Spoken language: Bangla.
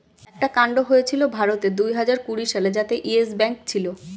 একটা কান্ড হয়েছিল ভারতে দুইহাজার কুড়ি সালে যাতে ইয়েস ব্যাঙ্ক ছিল